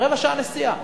רבע שעה נסיעה.